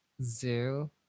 Zoo